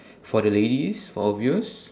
for the ladies for of use